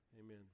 amen